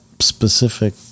specific